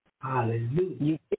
Hallelujah